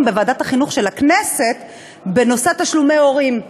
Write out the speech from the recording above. בישיבת ועדת החינוך של הכנסת בנושא תשלומי הורים.